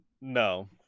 no